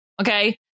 okay